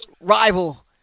rival